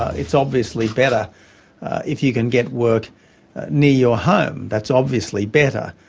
it's obviously better if you can get work near your home, that's obviously better.